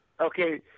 Okay